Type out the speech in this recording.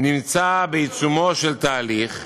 נמצא בעיצומו של תהליך.